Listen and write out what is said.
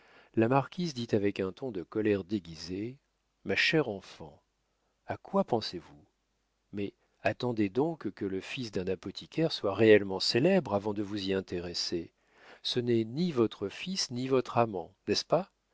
la marquise dit avec un ton de colère déguisée ma chère enfant à quoi pensez-vous mais attendez donc que le fils d'un apothicaire soit réellement célèbre avant de vous y intéresser ce n'est ni votre fils ni votre amant n'est-ce pas